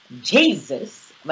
Jesus